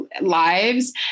lives